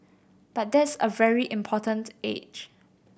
but that's a very important age